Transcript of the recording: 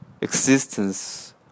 existence